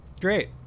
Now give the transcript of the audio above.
Great